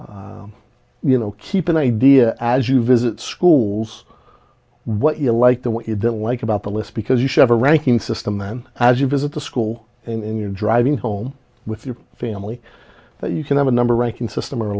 you you know keep an idea as you visit schools what you like the what you didn't like about the list because you have a ranking system then as you visit the school and you're driving home with your family that you can have a number ranking system or